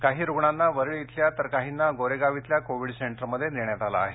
काही रुग्णांना वरळी इथल्या तर काहींना गोरेगाव इथल्या कोविड सेंटरमध्ये नेण्यात आलं आहे